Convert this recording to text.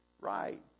right